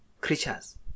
creatures